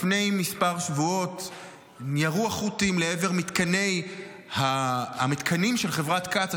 לפני כמה שבועות ירו החות'ים לעבר המתקנים של חברת קצא"א,